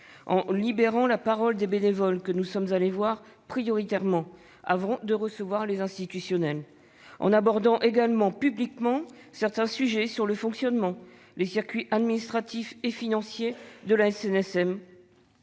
libéré la parole des bénévoles que nous sommes allés voir prioritairement, avant de recevoir les acteurs institutionnels. Nous avons également abordé publiquement certains sujets relatifs au fonctionnement, aux circuits administratifs et financiers de la SNSM,